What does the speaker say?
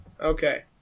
Okay